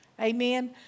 Amen